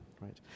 right